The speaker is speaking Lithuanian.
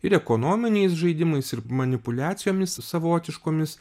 ir ekonominiais žaidimais ir manipuliacijomis savotiškomis